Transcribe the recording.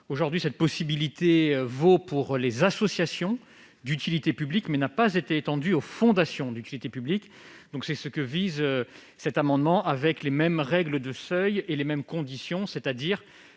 Aujourd'hui, cette possibilité vaut pour les associations d'utilité publique, mais n'a pas été étendue aux fondations d'utilité publique. C'est ce que vise cet amendement, avec les mêmes règles de seuil et les mêmes conditions, c'est-à-dire